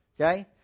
Okay